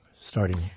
starting